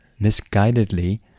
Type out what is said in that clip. Misguidedly